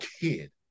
kid